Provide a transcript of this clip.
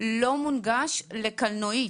לא מונגש לקלנועית,